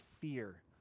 fear